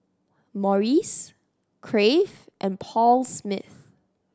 Morries Crave and Paul Smith